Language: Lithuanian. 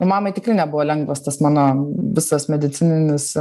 ir mamai tikrai nebuvo lengvas tas mano visas medicininis